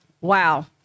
Wow